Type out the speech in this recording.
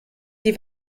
die